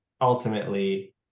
ultimately